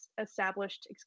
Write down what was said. established